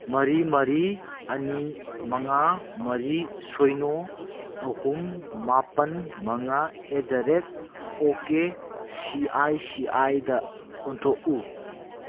ꯃꯔꯤ ꯃꯔꯤ ꯑꯅꯤ ꯃꯉꯥ ꯃꯔꯤ ꯁꯣꯏꯅꯣ ꯑꯍꯨꯝ ꯃꯥꯄꯟ ꯃꯉꯥ at the rate okay C I C ꯑꯥꯏꯗ ꯑꯣꯟꯊꯣꯛꯎ